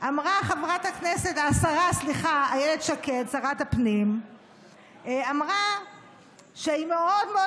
אמרה שרת הפנים אילת שקד שהיא מאוד מאוד